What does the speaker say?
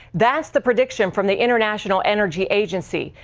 that's the prediction from the international energy agency.